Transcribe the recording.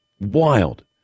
Wild